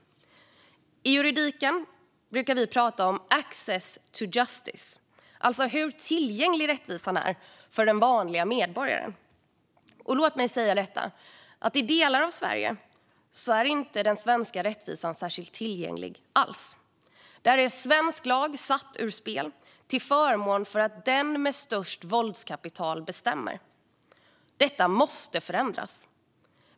I juridiken brukar vi prata om "access to justice", alltså hur tillgänglig rättvisan är för den vanliga medborgaren. Låt mig säga detta: I delar av Sverige är den svenska rättvisan inte särskilt tillgänglig alls. Där är svensk lag satt ur spel till förmån för att den med störst våldskapital bestämmer. Detta måste förändras.